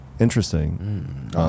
interesting